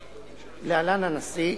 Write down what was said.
להלן: הנשיא,